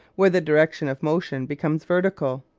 where the direction of motion becomes vertical.